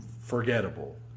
forgettable